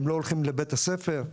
לא הולכים לבית הספר,